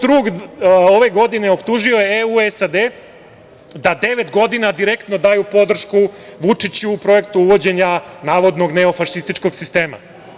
Dana 2. 02. ove godine optužio je EU SAD da devet godina direktno daju podršku Vučiću u projektu uvođenja navodnog neofašističkog sistema.